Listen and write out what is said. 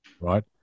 right